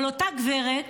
אבל אותה גברת